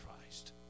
Christ